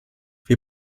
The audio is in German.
wir